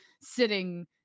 sitting